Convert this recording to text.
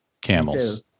Camels